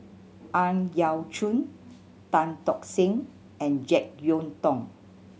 Ang Yau Choon Tan Tock Seng and Jek Yeun Thong